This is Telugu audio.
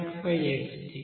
5XD